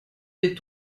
des